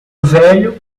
velho